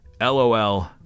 LOL